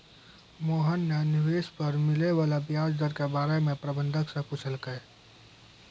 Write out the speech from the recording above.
मोहन न निवेश पर मिले वाला व्याज दर के बारे म प्रबंधक स पूछलकै